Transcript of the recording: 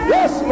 Yes